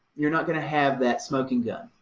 you're not going to have that smoking gun,